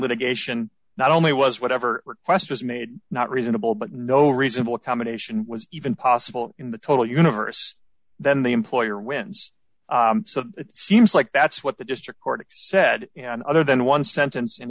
litigation not only was whatever request was made not reasonable but no reasonable accommodation was even possible in the total universe then the employer wins so that seems like that's what the district court said and other than one sentence